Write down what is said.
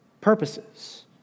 purposes